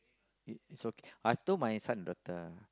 you is okay I told my son daughter